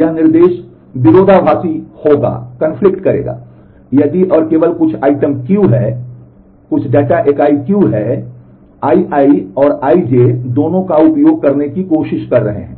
यह निर्देश विरोधाभासी करेगा यदि और केवल अगर कुछ आइटम Q है तो कुछ डेटा इकाई Q है Ii और Ij दोनों का उपयोग करने की कोशिश कर रहे हैं